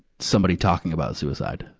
somebody talking about suicide.